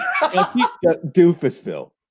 Doofusville